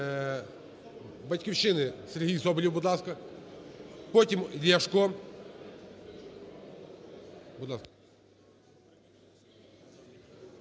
"Батьківщини" Сергій Соболєв, будь ласка. Потім – Ляшко.